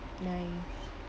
nice